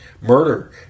Murder